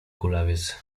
kulawiec